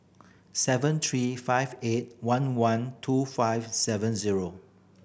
seven three five eight one one two five seven zero